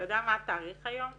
אתה יודע מה התאריך היום?